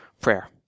prayer